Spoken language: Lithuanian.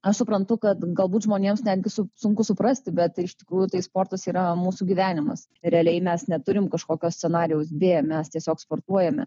aš suprantu kad galbūt žmonėms netgi su sunku suprasti bet iš tikrųjų tai sportas yra mūsų gyvenimas realiai mes neturim kažkokio scenarijaus b mes tiesiog sportuojame